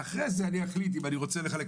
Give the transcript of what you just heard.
ואחרי זה אני אחליט אם אני רוצה לחלק.